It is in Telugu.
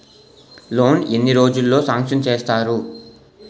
లోన్ ఎన్ని రోజుల్లో సాంక్షన్ చేస్తారు?